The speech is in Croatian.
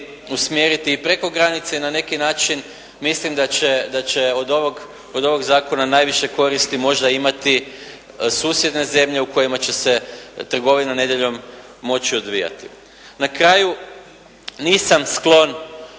i preko granice, na neki način mislim da će od ovog zakona najviše koristi možda imati susjedne zemlje u kojima će se trgovina nedjeljom moći odvijati. Na kraju nisam sklon prihvaćati